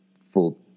full